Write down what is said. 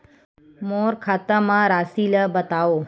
मोर खाता म राशि ल बताओ?